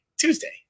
Tuesday